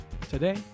today